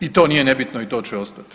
I to nije nebitno i to će ostati.